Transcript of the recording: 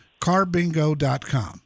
carbingo.com